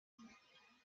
uno